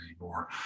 anymore